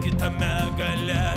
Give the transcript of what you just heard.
kitame gale